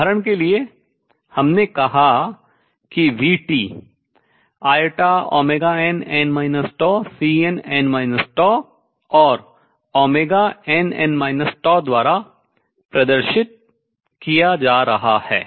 उदाहरण के लिए हमने कहा कि v inn Cnn और nn द्वारा represent प्रदर्शित किया जा रहा है